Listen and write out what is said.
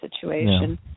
situation